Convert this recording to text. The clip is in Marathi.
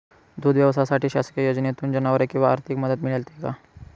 दूध व्यवसायासाठी शासकीय योजनेतून जनावरे किंवा आर्थिक मदत मिळते का?